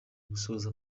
gusoza